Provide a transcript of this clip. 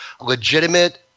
legitimate